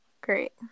Great